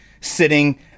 sitting